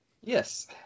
Yes